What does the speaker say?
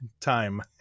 time